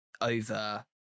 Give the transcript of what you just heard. over